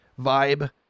vibe